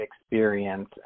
experience